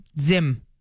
Zim